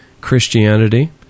Christianity